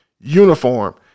uniform